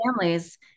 families-